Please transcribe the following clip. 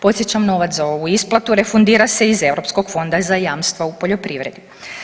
Podsjećam novac za ovu isplatu refundira se iz Europskog fonda za jamstva u poljoprivredi.